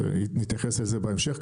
נתייחס לזה בהמשך,